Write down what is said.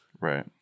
Right